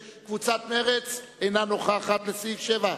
אז אחת משתיים, או תצא החוצה או תענה